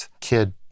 kid